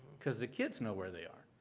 because the kids know where they are.